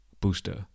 booster